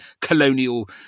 colonial